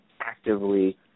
actively